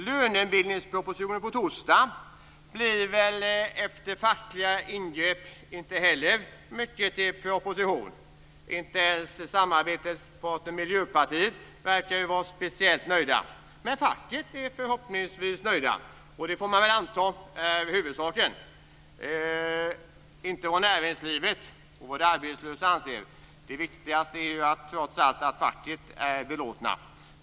Lönebildningspropositionen på torsdag blir väl efter fackliga ingrepp inte heller mycket till proposition. Inte ens samarbetspartnern Miljöpartiet verkar vara speciellt nöjt. Men facket är förhoppningsvis nöjt. Vi får väl anta att det är huvudsaken, inte vad näringslivet och de arbetslösa anser. Det viktigaste är trots allt att facket är belåtet.